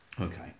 Okay